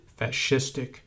fascistic